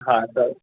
हा त